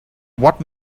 what